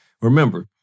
remember